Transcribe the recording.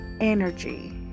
energy